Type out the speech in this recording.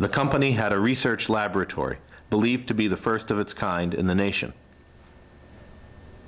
the company had a research laboratory believed to be the st of its kind in the nation